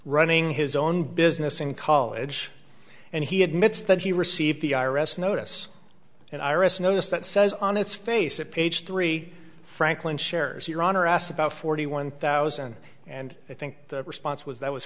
running his own business in college and he admits that he received the i r s notice and iris notice that says on its face that page three franklin shares your honor asked about forty one thousand and i think the response was that was